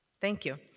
thank you.